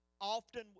often